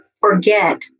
forget